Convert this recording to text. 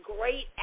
great